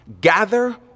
Gather